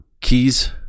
Keys